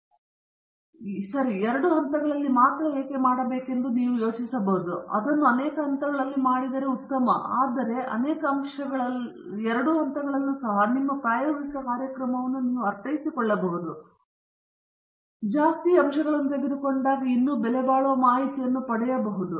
ಸರಿ ನಾನು ಎರಡು ಹಂತಗಳಲ್ಲಿ ಮಾತ್ರ ಏಕೆ ಮಾಡಬೇಕೆಂದು ನೀವು ಯೋಚಿಸಬಹುದು ನಾನು ಅದನ್ನು ಅನೇಕ ಹಂತಗಳಲ್ಲಿ ಮಾಡಿದರೆ ಉತ್ತಮವಾಗಿ ಕಾಣುತ್ತದೆ ಸರಿ ಆದರೆ ಅನೇಕ ಅಂಶಗಳ ಎರಡು ಹಂತಗಳಲ್ಲೂ ಸಹ ನಿಮ್ಮ ಪ್ರಾಯೋಗಿಕ ಕಾರ್ಯಕ್ರಮವನ್ನು ನೀವು ಅರ್ಥೈಸಿಕೊಳ್ಳಬಹುದು ಮತ್ತು ಇನ್ನೂ ಬೆಲೆಬಾಳುವ ಮಾಹಿತಿಯನ್ನು ಪಡೆಯಬಹುದು